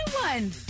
one